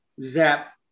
zap